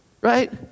right